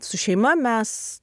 su šeima mes